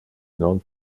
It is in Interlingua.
non